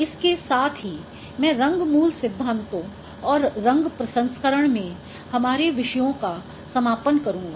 इसके साथ ही मैं रंग मूल सिद्धांतों और रंग प्रसंस्करण में हमारे विषयों का समापन करूंगा